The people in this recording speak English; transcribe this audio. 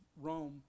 Rome